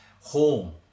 home